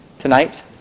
tonight